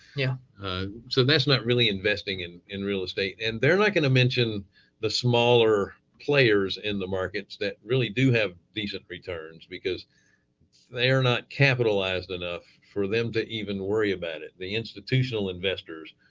yeah so that's not really investing in in real estate and they're not going to mention the smaller players in the markets that really do have decent returns because they're not capitalized enough for them to even worry about it. the institutional investors,